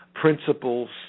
principles